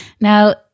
now